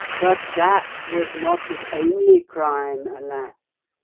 but that was not his only crime, alas!